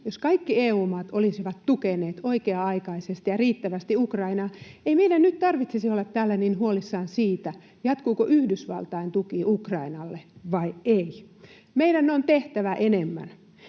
Jos kaikki EU-maat olisivat tukeneet oikea-aikaisesti ja riittävästi Ukrainaa, ei meidän nyt tarvitsisi olla täällä niin huolissamme siitä, jatkuuko Yhdysvaltain tuki Ukrainalle vai ei. Meidän on tehtävä enemmän.